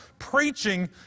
preaching